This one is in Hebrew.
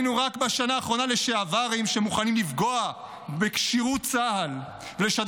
רק בשנה האחרונה ראינו לשעברים שמוכנים לפגוע בכשירות צה"ל ולשדר